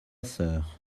sœur